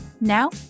Now